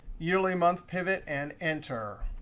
yearly month pivot and enter.